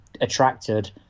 attracted